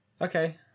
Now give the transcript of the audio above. Okay